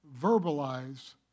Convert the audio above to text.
verbalize